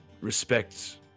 respect